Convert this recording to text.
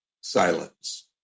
silence